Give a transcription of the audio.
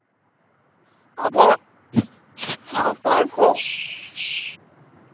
ᱟᱵᱚ ᱥᱟᱶᱛᱟᱞ ᱠᱚ